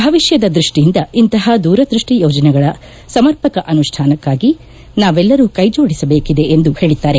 ಭವಿಷ್ಕದ ದೃಷ್ಟಿಯಿಂದ ಇಂತಹ ದೂರದೃಷ್ಟಿ ಯೋಜನೆಗಳ ಸಮರ್ಪಕ ಅನುಷ್ಠಾನಕ್ಕಾಗಿ ನಾವೆಲ್ಲರೂ ಕೈಜೋಡಿಸಬೇಕಿದೆ ಎಂದು ತಿಳಿಸಿದ್ದಾರೆ